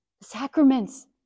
sacraments